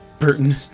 Burton